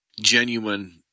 genuine